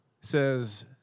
says